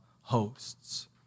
hosts